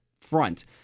front